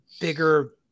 bigger